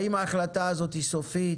האם ההחלטה הזאת היא סופית?